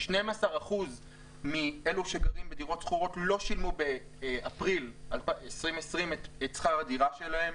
12% מאלו שגרים בדירות שכורות לא שילמו באפריל 2020 את שכר הדירה שלהם.